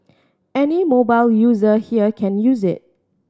any mobile user here can use it